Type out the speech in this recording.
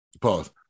Pause